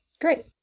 Great